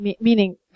meaning